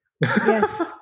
Yes